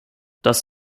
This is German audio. das